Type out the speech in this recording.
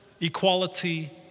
Equality